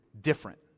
different